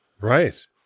Right